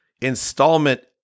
installment